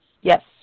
yes